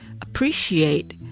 appreciate